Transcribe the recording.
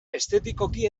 estetikoki